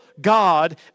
God